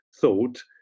thought